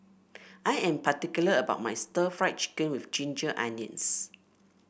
I am particular about my stir Fry Chicken with Ginger Onions